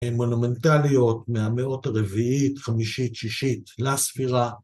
הן מונומנטליות מהמאות הרביעית, חמישית, שישית, לספירה.